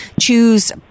choose